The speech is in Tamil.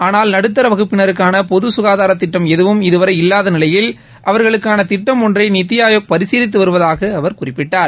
ஆனால் நடுத்தர வகுப்பினருக்கான பொது சுகாதாரத் திட்டம் எதுவும் இதுவளர இல்வாத நிலையில் அவர்களுக்கான திட்டம் ஒன்றை நித்தி ஆயோக் பரிசீலித்து வருவதாக அவர் குறிப்பிட்டார்